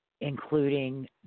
including